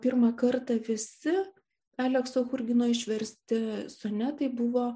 pirmą kartą visi alekso churgino išversti sonetai buvo